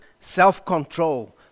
self-control